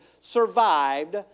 survived